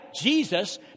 Jesus